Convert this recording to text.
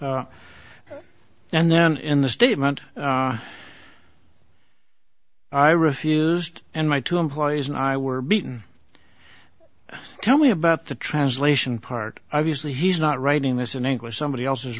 yes and then in the statement i refused and my two employees and i were beaten tell me about the translation part obviously he's not writing this in english somebody else